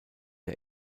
der